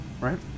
right